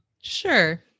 sure